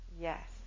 Yes